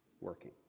working